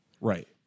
Right